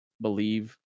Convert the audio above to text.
believe